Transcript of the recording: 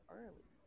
early